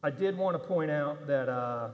i did want to point out that